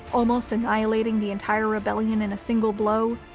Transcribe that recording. almost annihilating the entire rebellion in a single blow,